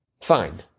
Fine